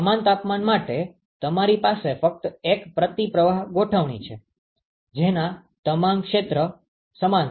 સમાન તાપમાન માટે તમારી પાસે ફક્ત એક પ્રતિપ્રવાહ ગોઠવણી છે જેના તમામ ક્ષેત્ર સમાન છે